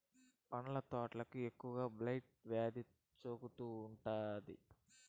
పండ్ల తోటలకు ఎక్కువగా బ్లైట్ వ్యాధి సోకుతూ ఉంటాది